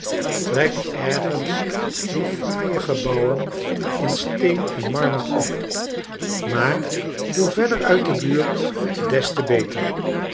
trek ergens die fraaie gebouwen in steen en marmer op maar hoe verder uit de buurt des te beter